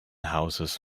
houses